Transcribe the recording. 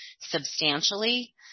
substantially